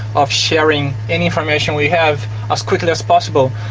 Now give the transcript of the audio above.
of sharing any information we have as quickly as possible.